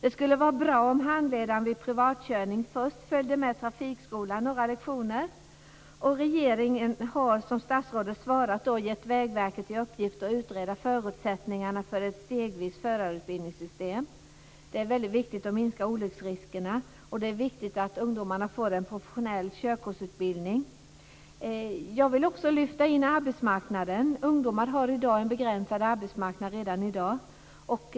Det skulle vara bra om handledaren vid privatkörning först följde med trafikskolan några lektioner. Regeringen har, som statsrådet svarat, gett Vägverket i uppgift att utreda förutsättningarna för ett stegvist förarutbildningssystem. Det är väldigt viktigt att minska olycksriskerna och det är också viktigt att ungdomarna får en professionell körkortsutbildning. Jag vill också lyfta in arbetsmarknaden. Ungdomar har redan i dag en begränsad arbetsmarknad.